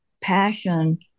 passion